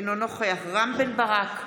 אינו נוכח רם בן ברק,